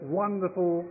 wonderful